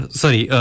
sorry